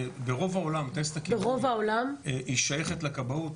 ברוב העולם טייסת הכיבוי שייכת לכבאות,